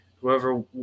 whoever